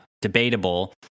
debatable